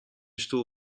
stoel